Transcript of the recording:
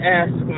ask